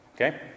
okay